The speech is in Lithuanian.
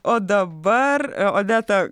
o dabar odeta